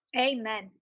Amen